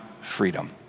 freedom